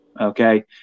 Okay